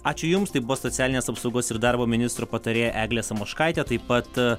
ačiū jums tai buvo socialinės apsaugos ir darbo ministro patarėja eglė samoškaitė taip pat